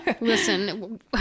Listen